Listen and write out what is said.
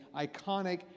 iconic